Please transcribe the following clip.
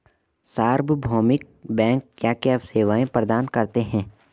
सार्वभौमिक बैंक क्या क्या सेवाएं प्रदान करते हैं?